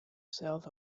south